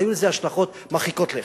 היו לזה השלכות מרחיקות לכת.